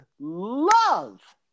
love